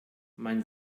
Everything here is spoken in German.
mein